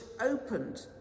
opened